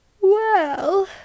Well